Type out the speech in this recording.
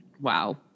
Wow